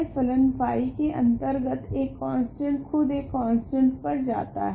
फलन फाई के अंतर्गत एक कोंस्टंट खुद एक कोंस्टंट पर जाता है